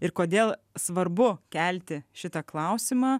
ir kodėl svarbu kelti šitą klausimą